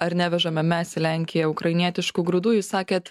ar nevežame mes į lenkiją ukrainietiškų grūdų jūs sakėt